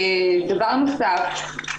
דבר נוסף,